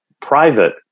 private